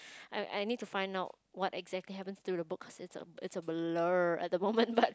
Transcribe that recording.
I I need to find out what exactly happens through the book cause it's a it's a blur at the moment but